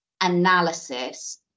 analysis